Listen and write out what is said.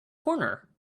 corner